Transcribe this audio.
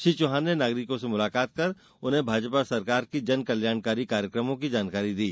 श्री चौहान ने नागरिकों से मुलाकात कर उन्हें भाजपा सरकार की जनकल्याणकारी कार्यक्रमों की जानकारी दी